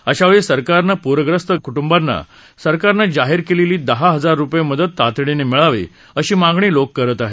अशावेळी सरकारनं पूरग्रस्त कृट्ंबांना सरकारनं जाहीर केलेली दहा हजार रुपये मदत तातडीनं मिळावी अशी मागणी लोक करत आहेत